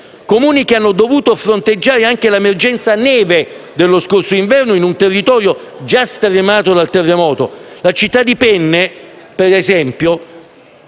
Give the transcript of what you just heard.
Comuni che hanno dovuto fronteggiare anche l'emergenza neve dello scorso inverno in un territorio già stremato dal terremoto. La città di Penne - per esempio